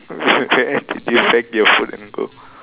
did you pack your food and go